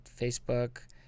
Facebook